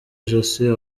ijosi